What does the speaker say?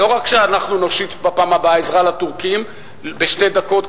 לא רק שאנחנו נושיט בפעם הבאה עזרה לטורקים בשתי דקות,